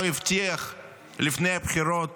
לפני הבחירות